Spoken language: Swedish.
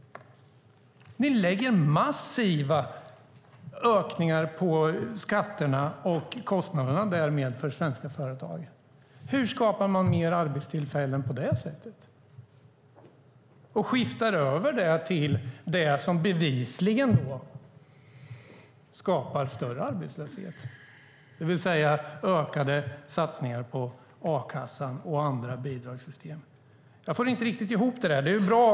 Ni lägger massiva ökningar på skatter och därmed kostnader för svenska företag. Hur skapar man fler arbetstillfällen på det sättet? Ni skiftar över det till det som bevisligen skapar större arbetslöshet, det vill säga ökade satsningar på a-kassan och andra bidragssystem. Jag får inte ihop det.